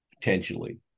potentially